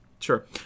Sure